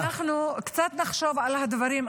אם אנחנו קצת נחשוב על הדברים,